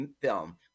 film